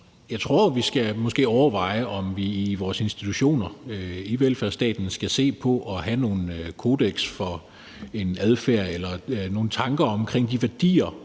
Jeg tror, at vi måske skal overveje, om vi i vores institutioner i velfærdsstaten skal se på at have nogle kodekser for adfærd eller nogle tanker om de værdier,